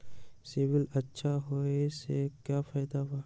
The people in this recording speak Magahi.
सिबिल अच्छा होऐ से का फायदा बा?